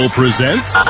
presents